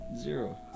Zero